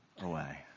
away